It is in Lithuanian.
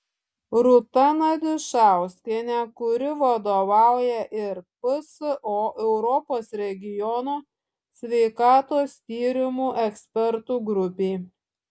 rūta nadišauskienė kuri vadovauja ir pso europos regiono sveikatos tyrimų ekspertų grupei